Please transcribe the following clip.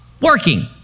working